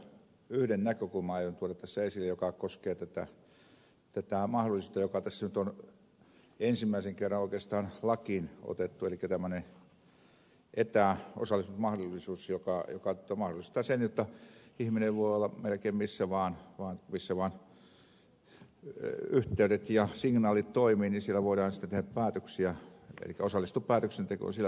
yhden näkökulman aion tuoda tässä esille joka koskee tätä mahdollisuutta joka tässä nyt on ensimmäisen kerran oikeastaan lakiin otettu elikkä tämmöinen etäosallistumismahdollisuus joka mahdollistaa sen jotta ihminen voi olla melkein missä vaan missä vaan yhteydet ja signaalit toimivat niin siellä voidaan sitten tehdä päätöksiä elikkä osallistua päätöksentekoon sillä tavalla